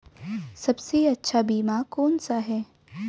सबसे अच्छा बीमा कौन सा है?